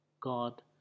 God